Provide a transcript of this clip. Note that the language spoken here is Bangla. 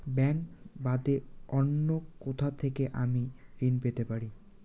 ব্যাংক বাদে অন্য কোথা থেকে আমি ঋন পেতে পারি?